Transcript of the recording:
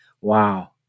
Wow